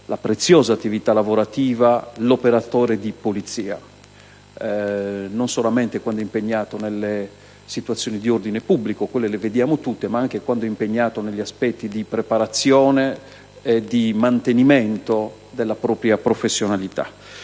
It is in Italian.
sua preziosa attività lavorativa non solamente quando è impegnato nelle situazioni di ordine pubblico, che sono visibili a tutti, ma anche quando è impegnato negli aspetti di preparazione e mantenimento della propria professionalità.